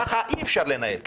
ככה אי אפשר לנהל כנסת.